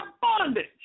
bondage